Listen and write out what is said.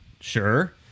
Sure